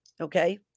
okay